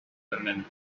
women